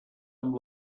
amb